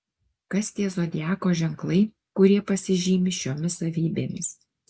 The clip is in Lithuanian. kas tie zodiako ženklai kurie pasižymi šiomis savybėmis